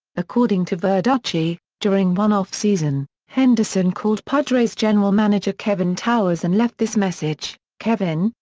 according to verducci, during one off-season, henderson called padres general manager kevin towers and left this message kevin,